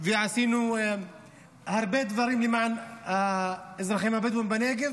ועשינו הרבה דברים למען האזרחים הבדואים בנגב